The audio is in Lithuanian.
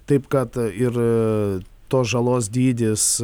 taip kad ir tos žalos dydis